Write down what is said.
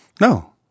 No